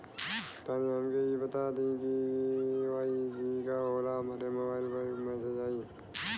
तनि हमके इ बता दीं की के.वाइ.सी का होला हमरे मोबाइल पर मैसेज आई?